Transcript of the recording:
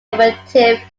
effective